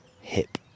hip